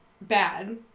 bad